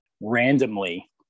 randomly